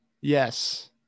Yes